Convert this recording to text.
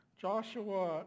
joshua